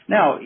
Now